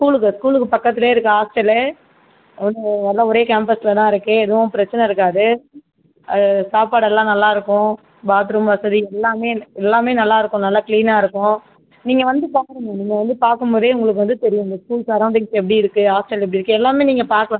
ஸ்கூலுக்கு ஸ்கூலுக்கு பக்கத்துலேயே இருக்கு ஹாஸ்டலு எல்லாம் ஒரே கேம்பஸ்ல தான் இருக்கு எதுவும் பிரச்சனை இருக்காது அது சாப்பாடு எல்லா நல்லாருக்கும் பாத்ரூம் வசதி எல்லாமே எல்லாமே நல்லாருக்கும் நல்லா கிளீனாக இருக்கும் நீங்கள் வந்து பாருங்கள் நீங்கள் வந்து பார்க்கும்போதே உங்களுக்கு வந்து தெரியும் இந்த ஸ்கூல் சரௌண்டிங்க்ஸ் எப்படி இருக்கு ஹாஸ்டல் எப்படி இருக்கு எல்லாமே நீங்கள் பார்க்கலாம்